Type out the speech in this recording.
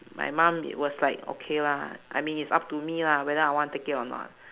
my mum it was like okay lah I mean is up to me lah whether I want take it or not